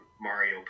Mario